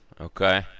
Okay